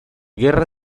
guerra